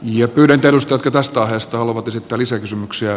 jo yhden perustotuudesta heistä haluavat esittää lisäkysymyksiä